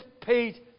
paid